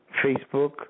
Facebook